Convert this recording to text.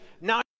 now